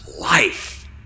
life